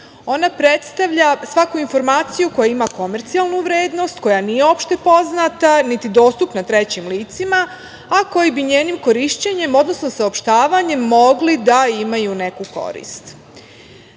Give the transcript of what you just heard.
Ona predstavlja svaku informaciju koja ima komercijalnu vrednost, koja nije opštepoznata, niti dostupna trećim licima, a koji bi njenim korišćenjem, odnosno saopštavanjem mogli da imaju neku